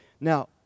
Now